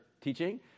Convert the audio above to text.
teaching